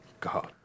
God